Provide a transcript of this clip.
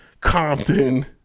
Compton